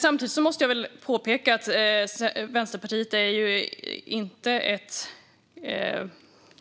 Samtidigt måste jag påpeka att Vänsterpartiet inte är